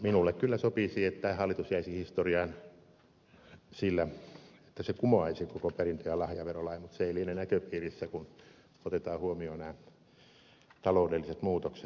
minulle kyllä sopisi että hallitus jäisi historiaan sillä että se kumoaisi koko perintö ja lahjaverolain mutta se ei liene näköpiirissä kun otetaan huomioon nämä taloudelliset muutokset